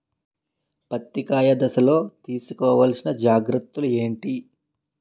పత్తి కాయ దశ లొ తీసుకోవల్సిన జాగ్రత్తలు ఏంటి?